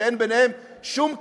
שאין להם שום קשר.